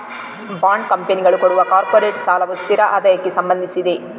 bond ಕಂಪನಿಗಳು ಕೊಡುವ corporate ಸಾಲವು ಸ್ಥಿರ ಆದಾಯಕ್ಕೆ ಸಂಬಂಧಿಸಿದೆ